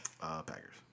Packers